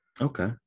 okay